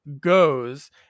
goes